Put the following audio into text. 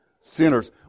sinners